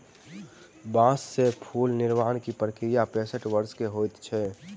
बांस से फूल निर्माण के प्रक्रिया पैसठ वर्ष के होइत अछि